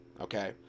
Okay